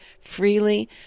freely